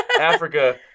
Africa